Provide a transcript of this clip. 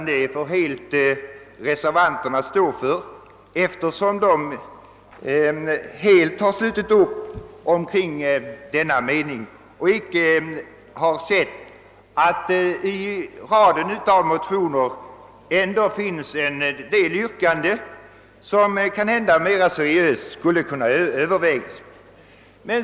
Det måste reservanterna stå för eftersom de helt har slutit upp omkring denna mening och inte har sett att i raden av motioner ändå finns en del yrkanden som kanske kunde övervägas mer seriöst.